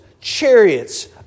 chariots